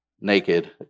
naked